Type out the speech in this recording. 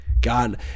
God